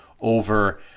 over